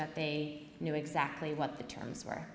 that they knew exactly what the terms were